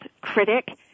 critic